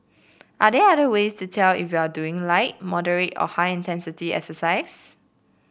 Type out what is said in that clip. are there other ways to tell if you are doing light moderate or high intensity exercise